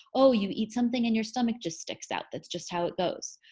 oh, you eat something and your stomach just sticks out. that's just how it goes.